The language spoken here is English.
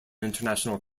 international